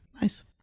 nice